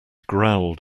growled